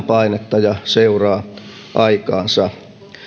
painetta ja seuraa aikaansa